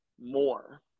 more